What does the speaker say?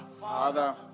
father